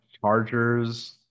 Chargers